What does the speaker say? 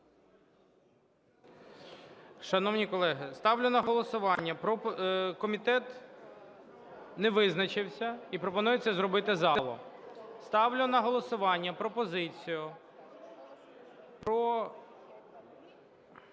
Шановні колеги, ставлю на голосування, комітет не визначився і пропонує це зробити залу. Ставлю на голосування пропозицію про